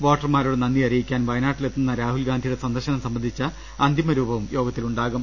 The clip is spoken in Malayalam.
വോട്ടർമാരോട് ന്ന്ദി അറിയിക്കാൻ വയനാ ട്ടിലെത്തുന്ന രാഹുൽ ഗാന്ധിയുടെ സന്ദർശനം സംബന്ധിച്ച അന്തിമ രൂപവും യോഗത്തിലുണ്ടാകും